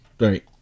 Right